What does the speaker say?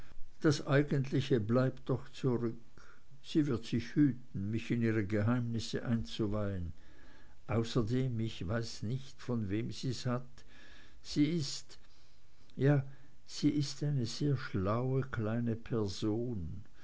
das eigentliche bleibt doch zurück sie wird sich hüten mich in ihre geheimnisse einzuweihen außerdem ich weiß nicht von wem sie's hat sie ist ja sie ist eine sehr schlaue kleine person